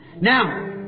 Now